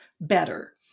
better